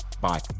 Bye